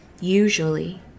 usually